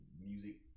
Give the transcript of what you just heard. music